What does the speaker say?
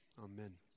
amen